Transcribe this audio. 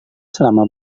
selama